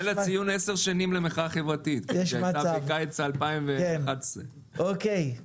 זה לציון עשר שנים למחאה החברתית שנערכה בקיץ 2011. אוקיי,